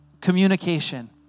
communication